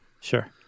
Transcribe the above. Sure